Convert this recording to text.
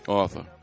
author